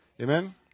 Amen